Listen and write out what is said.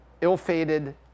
ill-fated